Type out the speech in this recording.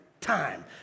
time